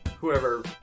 whoever